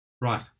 right